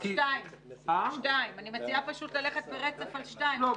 --- את סעיף 2. אני מציעה פשוט ללכת ברצף על 2. לא,